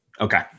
Okay